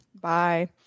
Bye